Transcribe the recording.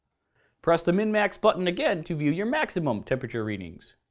press the min max button again to view your maximum temperature readings.